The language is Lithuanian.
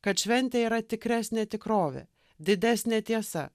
kad šventė yra tikresnė tikrovė didesnė tiesa